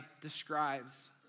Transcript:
describes